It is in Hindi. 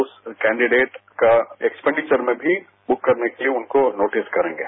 उस कैन्डिडेट का एक्सपैंडिचर में भी बुक करने के लिए उनको नोटिस करेंगे